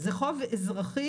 זה חוב אזרחי,